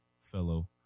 fellow